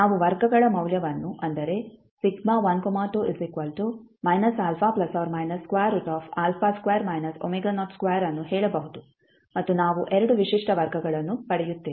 ನಾವು ವರ್ಗಗಳ ಮೌಲ್ಯವನ್ನು ಅಂದರೆ ಅನ್ನು ಹೇಳಬಹುದು ಮತ್ತು ನಾವು 2 ವಿಶಿಷ್ಟ ವರ್ಗಗಳನ್ನು ಪಡೆಯುತ್ತೇವೆ